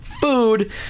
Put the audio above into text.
food